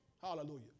Hallelujah